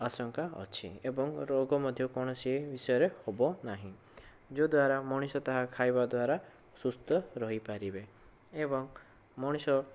ଆଶଙ୍କା ଅଛି ଏବଂ ରୋଗ ମଧ୍ୟ କୌଣସି ବିଷୟରେ ହେବ ନାହିଁ ଯଦ୍ୱାରା ମଣିଷ ତାହା ଖାଇବା ଦ୍ୱାରା ସୁସ୍ଥ ରହିପାରିବେ ଏବଂ ମଣିଷ